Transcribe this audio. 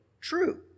true